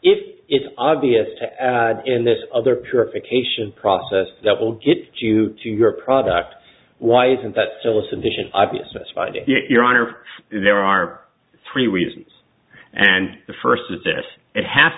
if it's obvious to in this other purification process that will get you to your product why isn't that still a sufficient obvious aside your honor there are three reasons and the first is this it has